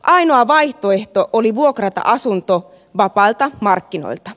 ainoa vaihtoehto oli vuokrata asunto vapailta markkinoilta